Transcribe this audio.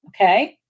okay